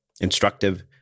instructive